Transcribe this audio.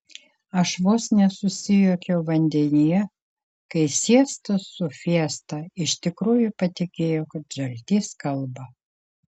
aš vos nesusijuokiau vandenyje kai siesta su fiesta iš tikrųjų patikėjo kad žaltys kalba